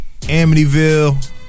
Amityville